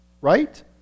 Right